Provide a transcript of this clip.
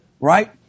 right